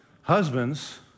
Husbands